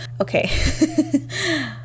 Okay